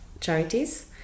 charities